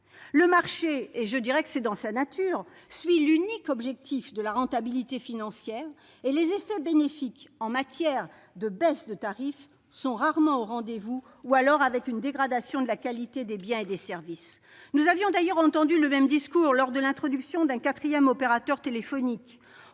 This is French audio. Le marché- c'est dans sa nature ! -suit l'unique objectif de la rentabilité financière ; les effets bénéfiques en matière de baisse de tarifs sont donc rarement au rendez-vous, ou alors au prix d'une dégradation de la qualité des biens et des services. Nous avions d'ailleurs entendu le même discours lors de l'introduction d'un quatrième opérateur téléphonique.